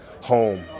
home